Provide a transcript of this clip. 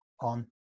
on